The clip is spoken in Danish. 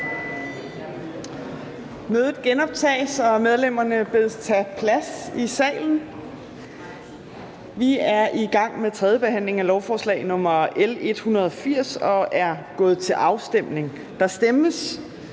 Mødet genoptages, og medlemmerne bedes tage plads i salen. Vi er i gang med tredje behandling af lovforslag nr. L 180 og er nået til afstemningen. Der stemmes